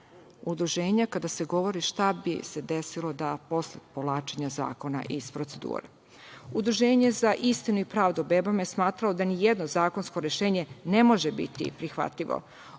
udruženja kada se govori šta bi se desilo posle povlačenja zakona iz procedure. Udruženje za istinu i pravdu o bebama je smatralo da nijedno zakonsko rešenje ne može biti prihvatljivo.